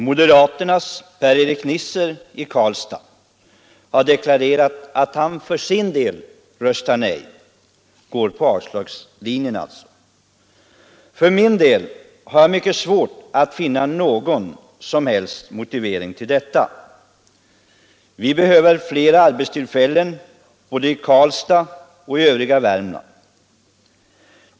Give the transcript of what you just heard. Moderaternas Per-Erik Nisser i Karlstad har deklarerat att han för sin del röstar nej — och går alltså på avslagslinjen. För min del har jag mycket svårt att finna någon som helst motivering till detta. Vi behöver flera arbetstillfällen både i Karlstad och i det övriga Värmland.